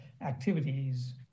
activities